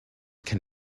can